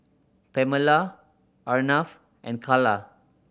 Oamela Arnav and Calla